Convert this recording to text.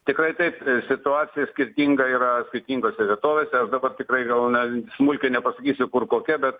tikrai taip situacija skirtinga yra skirtingose vietovėse o dabar tikrai gal ne smulkiai nepasakysiu kur kokia bet